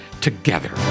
together